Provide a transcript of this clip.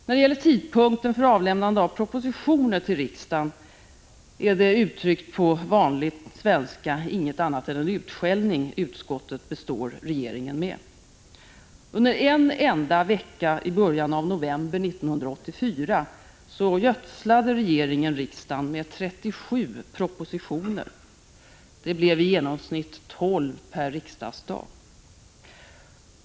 När det gäller tidpunkten för avlämnande av propositioner till riksdagen är det, uttryckt på vanlig svenska, inget annat än en utskällning utskottet består regeringen med. Under en enda vecka i början av november 1984 gödslade regeringen riksdagen med 37 propositioner. Det blev i genomsnitt 12 per riksmötesdag.